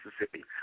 Mississippi